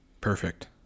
Perfect